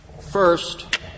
First